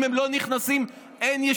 אם הם לא נכנסים, אין יישוב.